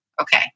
okay